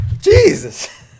Jesus